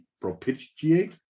propitiate